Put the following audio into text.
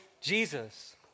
Jesus